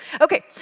Okay